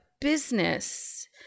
business